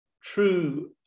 true